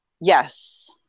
Yes